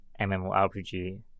MMORPG